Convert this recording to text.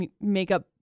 makeup